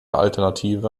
alternative